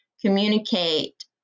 communicate